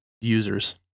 users